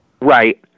Right